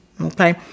okay